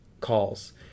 calls